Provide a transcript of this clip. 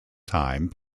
time